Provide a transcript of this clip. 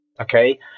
Okay